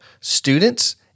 students